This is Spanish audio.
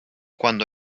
cuando